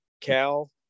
Cal